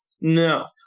No